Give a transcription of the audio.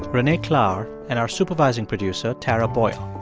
renee klahr and our supervising producer tara boyle.